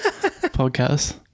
podcast